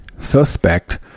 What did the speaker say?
suspect